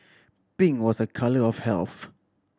pink was a colour of health